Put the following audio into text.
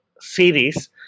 series